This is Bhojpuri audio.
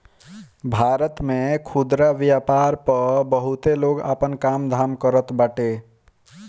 भारत में खुदरा व्यापार पअ बहुते लोग आपन काम धाम करत बाटे